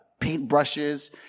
paintbrushes